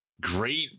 great